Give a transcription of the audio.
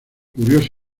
curiosa